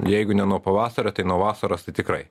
jeigu ne nuo pavasario tai nuo vasaros tai tikrai